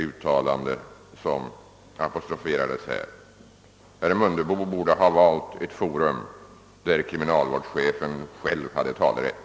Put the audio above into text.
Han borde ha valt ett forum där kriminalvårdschefen själv har talerätt.